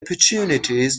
opportunities